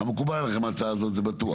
מקובלת עליכם ההצעה הזאת, זה בטוח.